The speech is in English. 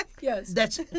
Yes